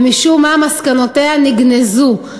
ומשום מה מסקנותיה נגנזו.